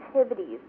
activities